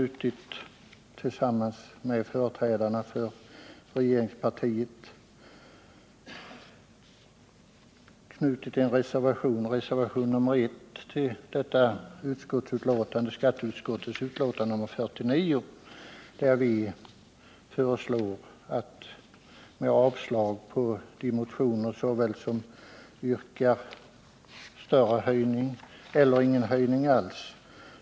Tillsammans med företrädarna för regeringspartiet har vi fogat reservationen 1 till skatteutskottets betänkande nr 49, i vilket vi föreslår avslag på de motioner vari det yrkas större höjning eller ingen höjning alls.